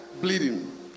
bleeding